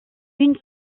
une